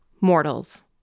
mortals